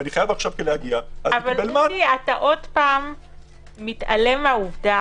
ואני חייב להגיע- -- אתה שוב מתעלם מהעובדה